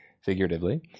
figuratively